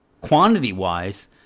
quantity-wise